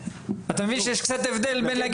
אתה מבין שיש קצת הבדל בין להגיד,